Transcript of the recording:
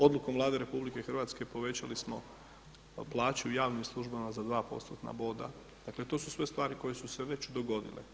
Odlukom Vlade RH povećali smo plaću javnim službama za 2%-tna boda, dakle to su stvari koje su se već dogodile.